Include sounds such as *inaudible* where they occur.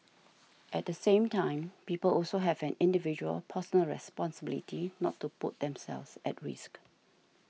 *noise* at the same time people also have an individual personal responsibility not to put themselves at risk